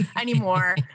anymore